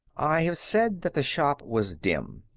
i have said that the shop was dim.